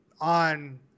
on